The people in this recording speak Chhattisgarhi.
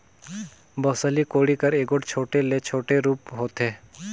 बउसली कोड़ी कर एगोट छोटे ले छोटे रूप होथे